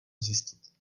zjistit